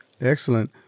Excellent